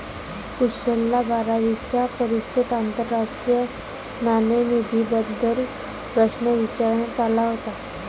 कुशलला बारावीच्या परीक्षेत आंतरराष्ट्रीय नाणेनिधीबद्दल प्रश्न विचारण्यात आला होता